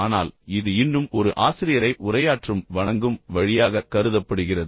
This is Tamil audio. ஆனால் இது இன்னும் ஒரு ஆசிரியரை உரையாற்றும் வணங்கும் வழியாக கருதப்படுகிறது